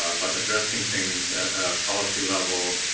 ah but addressing things at a policy level